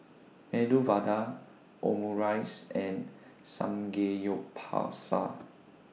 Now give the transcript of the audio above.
Medu Vada Omurice and Samgeyopsal